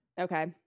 Okay